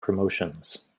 promotions